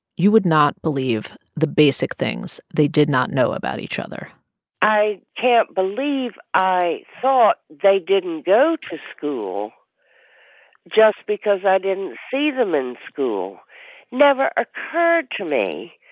you would not believe the basic things they did not know about each other i can't believe i thought they didn't go to school just because i didn't see them in school never occurred to me